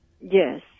Yes